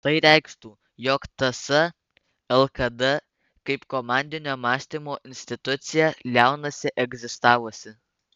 tai reikštų jog ts lkd kaip komandinio mąstymo institucija liaunasi egzistavusi